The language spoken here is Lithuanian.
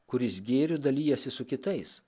kuris gėriu dalijasi su kitais